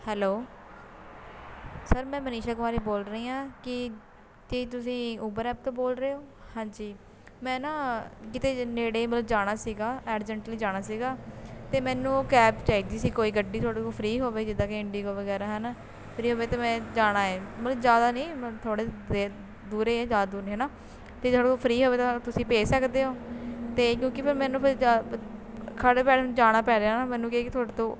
hello sir ਮੈਂ ਮਨੀਸ਼ਾ ਕੁਮਾਰੀ ਬੋਲ ਰਹੀ ਹਾਂ ਕੀ ਕੀ ਤੁਸੀਂ ਉਬਰ ਐਪ ਤੋਂ ਬੋਲ ਰਹੇ ਹੋ ਹਾਂਜੀ ਮੈਂ ਨਾ ਕਿਤੇ ਨੇੜੇ ਮਤਲਵ ਜਾਣਾ ਸੀਗਾ ਐਡਜੈਂਟਲੀ ਜਾਣਾ ਸੀਗਾ ਅਤੇ ਮੈਨੂੰ ਕੈਬ ਚਾਹੀਦੀ ਸੀ ਕੋਈ ਗੱਡੀ ਤੁਹਾਡੇ ਕੋਲ ਫ੍ਰੀ ਹੋਵੇ ਜਿੱਦਾਂ ਕਿ ਇੰਡੀਗੋ ਵਗੈਰਾ ਹੈ ਨਾ ਫ੍ਰੀ ਹੋਵੇ ਅਤੇ ਮੈਂ ਜਾਣਾ ਹੈ ਮਤਲਵ ਜ਼ਿਆਦਾ ਨਹੀਂ ਮਤਲ ਥੋੜ੍ਹੇ ਦੇਰ ਦੂਰੇ ਹੈ ਜ਼ਿਆਦਾ ਦੂਰ ਨਹੀਂ ਹੈ ਨਾ ਅਤੇ ਤੁਹਾਡੇ ਕੋਲ ਫ੍ਰੀ ਹੋਵੇ ਤਾਂ ਤੁਸੀਂ ਭੇਜ ਸਕਦੇ ਹੋ ਅਤੇ ਕਿਉਂਕਿ ਫੇਰ ਮੈਨੂੰ ਫਿਰ ਜਿਆ ਖੜ੍ਹੇ ਪੈਰ ਜਾਣਾ ਪੈ ਰਿਹਾ ਨਾ ਮੈਨੂੰ ਕੀ ਆ ਤੁਹਾਡੇ ਤੋਂ